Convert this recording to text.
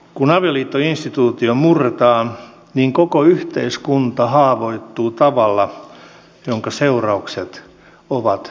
kun avioliittoinstituutio murretaan niin koko yhteiskunta haavoittuu tavalla jonka seuraukset ovat mittavat